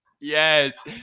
Yes